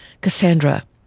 Cassandra